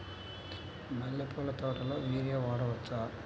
మల్లె పూల తోటలో యూరియా వాడవచ్చా?